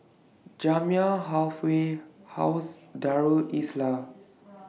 Jamiyah Halfway House Darul Islah